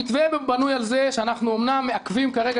המתווה בנוי על כך שאנחנו אמנם מעכבים כרגע